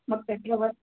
मग त्याच्यावर